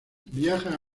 viaja